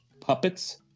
puppets